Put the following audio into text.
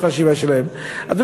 בחשיבה שלהם.